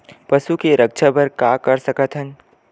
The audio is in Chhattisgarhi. पशु के रक्षा बर का कर सकत हन?